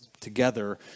together